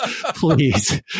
Please